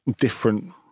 different